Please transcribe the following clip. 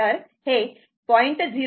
तर ते 0